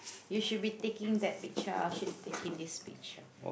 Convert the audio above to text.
you should be taking that picture I should be taking this picture